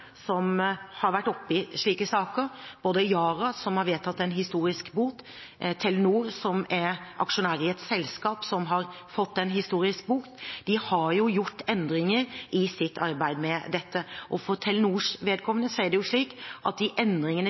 som har vært oppe i slike saker, både Yara, som har vedtatt en historisk bot, og Telenor, som er aksjonær i et selskap som har fått en historisk bot, har gjort endringer i sitt arbeid med dette. For Telenors vedkommende er det slik at de endringene